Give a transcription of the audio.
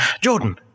Jordan